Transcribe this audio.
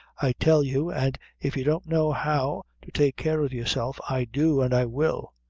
i tell you, and if you don't know how to take care of yourself, i do, and i will.